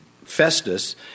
Festus